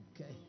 Okay